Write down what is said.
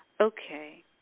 Okay